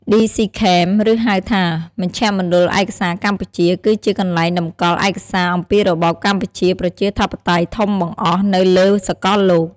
ឌីសុី ខេម DC-Cam ឬ ហៅថា មជ្ឈមណ្ឌលឯកសារកម្ពុជា គឺជាកន្លែងតម្កល់ឯកសារអំពីរបបកម្ពុជាប្រជាធិបតេយ្យធំបង្អស់នៅលើសកលលោក។